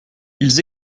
ils